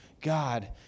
God